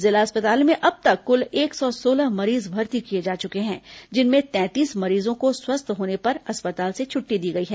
जिला अस्पताल में अब तक कुल एक सौ सोलह मरीज भर्ती किए जा चुके हैं जिसमें तैंतीस मरीजों को स्वस्थ होने पर अस्पताल से छुट्टी दी गई है